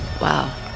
Wow